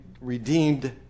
redeemed